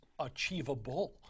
achievable